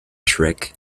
trick